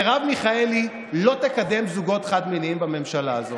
מרב מיכאלי לא תקדם זוגות חד-מיניים בממשלה הזאת.